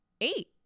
eight